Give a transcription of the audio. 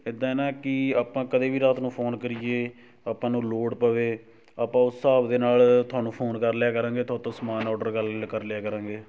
ਇੱਦਾਂ ਹੈ ਨਾ ਕਿ ਆਪਾਂ ਕਦੇ ਵੀ ਰਾਤ ਨੂੰ ਫੋਨ ਕਰੀਏ ਆਪਾਂ ਨੂੰ ਲੋੜ ਪਵੇ ਆਪਾਂ ਉਸ ਹਿਸਾਬ ਦੇ ਨਾਲ ਤੁਹਾਨੂੰ ਫੋਨ ਕਰ ਲਿਆ ਕਰਾਂਗੇ ਤੁਹਾਤੋਂ ਸਮਾਨ ਔਡਰ ਕਰ ਲ ਕਰ ਲਿਆ ਕਰਾਂਗੇ